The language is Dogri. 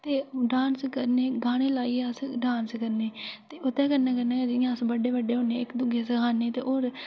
ते डांस करने गाने लाइयै अस डांस करने ते ओह्दे कन्नै कन्नै जि'यां अस बड्डे बड्डे होने ते इक दुए गी सखाने ते होर